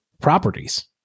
properties